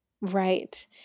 right